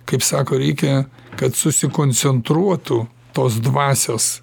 kaip sako reikia kad susikoncentruotų tos dvasios